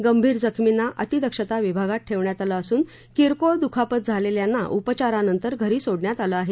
गंभार जखमींना अतिदक्षता विभागात ठेवण्यात आलं असून किरकोळ दुखापत झालेल्यांना उपचारानंतर घरी सोडण्यात आलं आहे